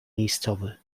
miejscowy